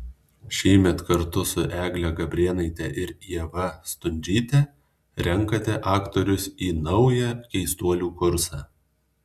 šįmet kartu su egle gabrėnaite ir ieva stundžyte renkate aktorius į naują keistuolių kursą